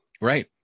right